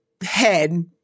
head